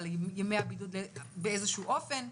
על ימי הבידוד באיזה שהוא אופן.